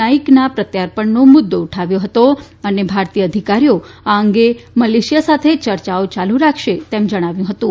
નાઈકના પ્રત્યાર્પણનો મુદ્દો ઉઠાવ્યો હતો અને ભારતીય અધિકારીઓઆ અંગે મલેશિયા સાથે ચર્ચાઓ યાલુ રાખશે તેમ જણાવ્યું હતું